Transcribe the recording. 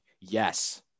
Yes